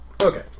Okay